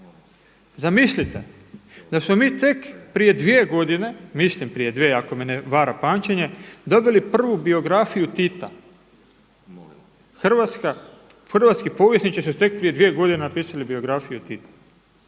Zamislite da smo tek prije dvije godine, mislim prije dvije ako me ne vara pamćenje, dobili prvu biografiju Tita. Hrvatski povjesničari su tek prije dvije godine napisali biografiju Tita.